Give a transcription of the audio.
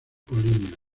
polinias